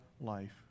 life